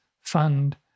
Fund